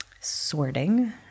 sorting